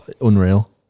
unreal